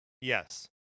Yes